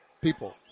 people